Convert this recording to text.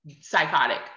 psychotic